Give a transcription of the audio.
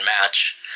match